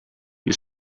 you